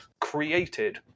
created